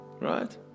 Right